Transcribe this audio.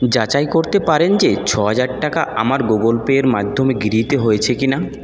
যাচাই করতে পারেন যে ছহাজার টাকা আমার গুগল পে এর মাধ্যমে গৃহীত হয়েছে কি না